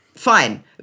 Fine